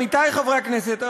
עמיתי חברי הכנסת,